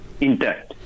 intact